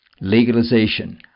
legalization